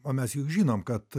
o mes juk žinom kad